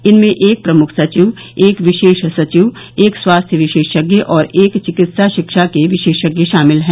इनमें एक प्रमुख सचिव एक विशेष सचिव एक स्वास्थ्य विशेषज्ञ और एक चिकित्सा शिक्षा के विशेषज्ञ शामिल हैं